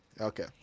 Okay